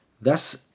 Thus